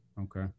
Okay